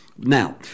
Now